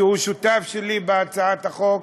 שהוא שותף שלי בהצעת החוק,